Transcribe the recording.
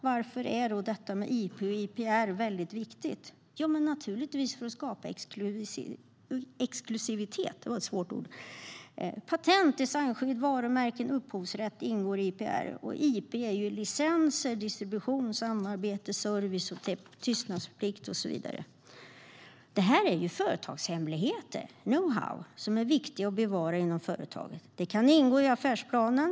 Varför är IP och IPR viktigt? Det är naturligtvis för att skapa exklusivitet. Patent, designskydd, varumärken och upphovsrätt ingår i IPR. IP är licenser, distribution, samarbete, service och tystnadsplikt. Det handlar om företagshemligheter, know-how, som är viktiga att bevara inom företaget. Det kan ingå i affärsplanen.